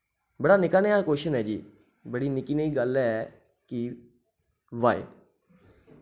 बड़ा निक्का नेहा कोशन ऐ जी बड़ी निक्की नेही गल्ल ऐ कि वाय